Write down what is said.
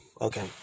Okay